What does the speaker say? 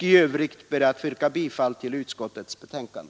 I övrigt ber jag att få yrka bifall till utskottets betänkande.